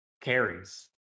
carries